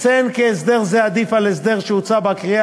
אציין כי הסדר זה עדיף על ההסדר שהוצע בקריאה